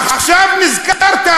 עכשיו נזכרת,